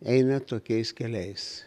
eina tokiais keliais